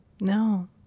no